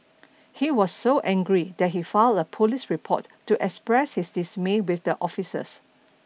he was so angry that he filed a police report to express his dismay with the officers